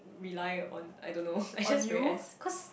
rely on I don't know I just very ass cause